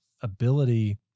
ability